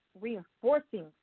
reinforcing